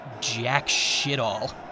jack-shit-all